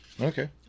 Okay